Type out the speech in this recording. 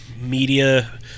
media